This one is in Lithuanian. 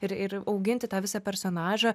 ir ir auginti tą visą personažą